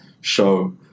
show